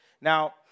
Now